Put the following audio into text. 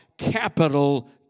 Capital